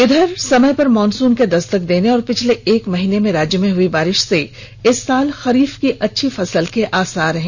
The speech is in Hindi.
इधर समय पर मॉनसून के दस्तक देने और पिछले एक माह में राज्य में हुई बारिश से इस साल खरीफ की अच्छी फसल के आसार हैं